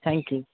thank you